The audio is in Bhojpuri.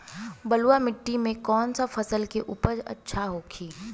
बलुआ मिट्टी में कौन सा फसल के उपज अच्छा होखी?